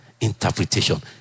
interpretation